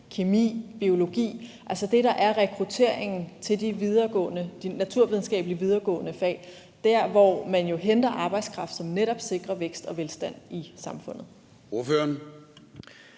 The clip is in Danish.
kemi og biologi, altså det område, der udgør rekrutteringen til de videregående naturvidenskabelige fag; der, hvor man jo henter arbejdskraft, som netop sikrer vækst og velstand i samfundet.